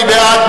מי בעד?